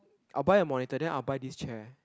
I'll buy a monitor then I'll buy this chair